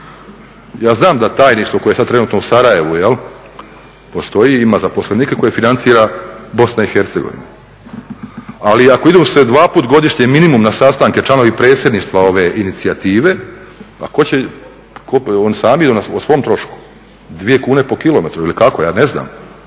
Ja znam da tajništvo koje sad trenutno u Sarajevu postoji, ima zaposlenike koje financira BiH, ali ako idu dvaput godišnje minimum na sastanke članovi predsjedništva ove inicijative, a tko će, oni sami idu o svom trošku, 2 kn po km ili kako, ja ne znam,